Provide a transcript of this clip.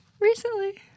Recently